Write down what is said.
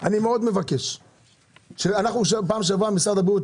מבקש שמשרד הבריאות